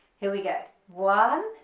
here we go one,